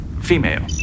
Female